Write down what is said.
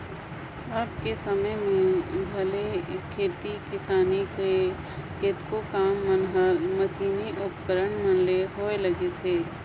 अब कर समे में भले खेती किसानी कर केतनो काम मन हर मसीनी उपकरन मन ले होए लगिस अहे